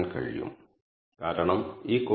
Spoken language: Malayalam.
21 ആണ്